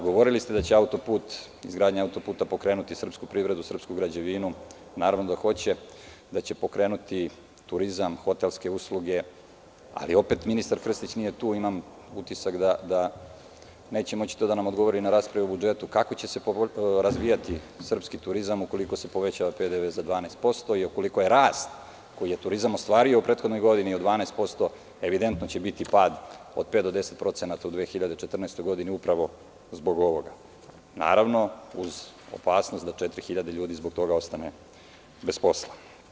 Govorili ste da će autoput, izgradnja autoputa pokrenuti srpsku privredu, srpsku građevinu, naravno da hoće, da će pokrenuti turizam, hotelske usluge, ali opet ministar Krstić, tu imam utisak da neće moći to da nam odgovori na raspravi o budžetu, kako će se razvijati srpski turizam ukoliko se poveća PDV za 12% i ukoliko j rast koji je turizam ostvario u prethodnoj godini od 12% evidentno će biti pad od 5% do 10% u 2014. godini upravo zbog ovoga, naravno, uz opasnost da 4.000 ljudi zbog toga ostane bez posla.